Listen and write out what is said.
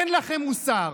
אין לכם מוסר.